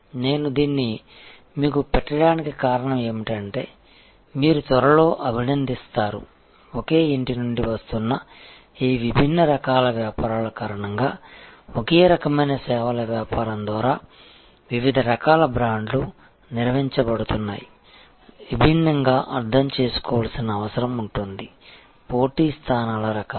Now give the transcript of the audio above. నేను దీన్ని మీకు పెట్టడానికి కారణం ఏమిటంటే మీరు త్వరలో అభినందిస్తారు ఒకే ఇంటి నుండి వస్తున్న ఈ విభిన్న రకాల వ్యాపారాల కారణంగా ఒకే రకమైన సేవల వ్యాపారం ద్వారా వివిధ రకాల బ్రాండ్లు నిర్వహించబడుతున్నాయి విభిన్నంగా అర్థం చేసుకోవలసిన అవసరం ఉంటుంది పోటీ స్థానాల రకాలు